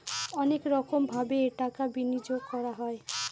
অনেক রকমভাবে টাকা বিনিয়োগ করা হয়